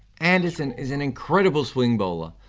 anderson is an incredible swing bowler,